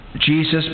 Jesus